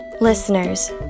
Listeners